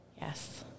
Yes